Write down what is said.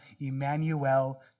Emmanuel